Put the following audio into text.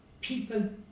people